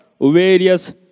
various